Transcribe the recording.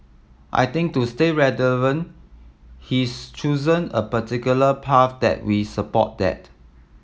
I think to stay relevant he's chosen a particular path that we support that